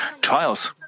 trials